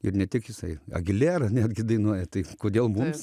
ir ne tik jisai agilera netgi dainuoja tai kodėl mums